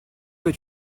que